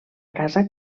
casa